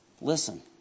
Listen